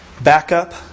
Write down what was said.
Backup